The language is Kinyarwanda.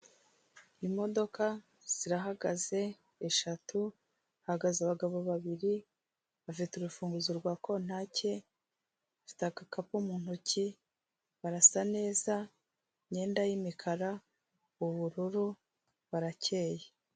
Imodoka zirahagaze eshatu, hagaze abagabo babiri, bafite urufunguzo rwa kontake, bafite agakapu mu ntoki, barasa neza, imyenda y'imikara, ubururu, barakeye.